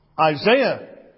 Isaiah